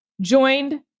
joined